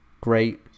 great